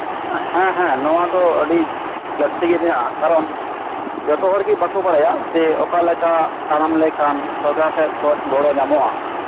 ᱦᱮᱸ ᱦᱮᱸ ᱱᱚᱣᱟᱫᱚ ᱟᱹᱰᱤ ᱞᱟᱹᱠᱛᱤ ᱜᱤ ᱢᱮᱱᱟᱜ ᱟ ᱠᱟᱨᱚᱱ ᱡᱚᱛᱚ ᱦᱚᱲ ᱜᱤ ᱵᱟᱠᱩ ᱵᱟᱲᱟᱭᱟ ᱡᱮ ᱚᱠᱟ ᱞᱮᱠᱟ ᱚᱠᱟᱞᱮᱠᱟ ᱛᱟᱲᱟᱢ ᱞᱮᱠᱷᱟᱱ ᱥᱚᱨᱠᱟᱨ ᱥᱮᱫ ᱠᱷᱚᱡ ᱜᱚᱲᱚ ᱧᱟᱢᱚᱜᱼᱟ